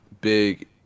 big